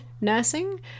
nursing